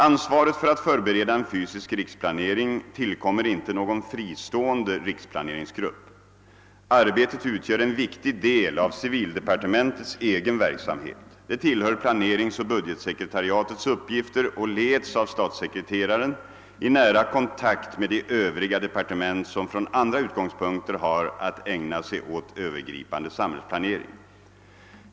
Ansvaret för att förbereda en fysisk riksplanering tillkommer inte någon fristående riksplaneringsgrupp. Arbetet utgör en viktig del av civildepartementets egen verksamhet. Det tillhör planeringsoch budgetsekretariatets uppgifter och leds av statssekreteraren i nära kontakt med de övriga departement som från andra utgångspunkter har att ägna sig åt över gripande samhällsplanering.